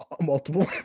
Multiple